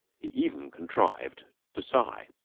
he even contrived to sigh.